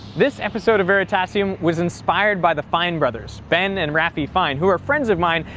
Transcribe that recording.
this episode of veritasium was inspired by the fine brothers, ben and rafi fine who are friends of mine.